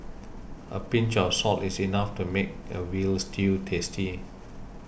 a pinch of salt is enough to make a Veal Stew tasty